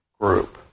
group